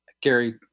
Gary